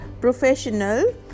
professional